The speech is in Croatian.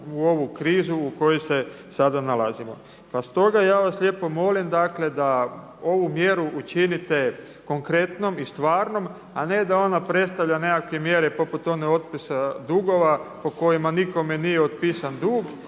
u ovu krizu u kojoj se sada nalazimo. Pa stoga ja vas lijepo molim dakle da ovu mjeru učinite konkretnom i stvarno a ne da ona predstavlja nekakve mjere poput one o otpisu dugova po kojima nikome nije otpisan dug